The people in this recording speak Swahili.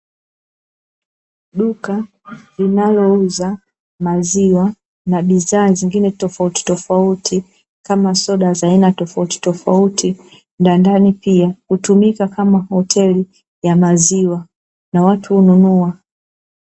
Duka linalouza maziwa na bidhaa zingine tofautitofauti, kama soda za aina tofautitofauti na ndani pia hutumika kama hoteli ya maziwa na watu hununua.